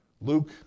Luke